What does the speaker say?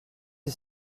est